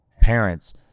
parents